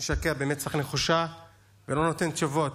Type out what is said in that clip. משקר במצח נחושה ולא נותן תשובות.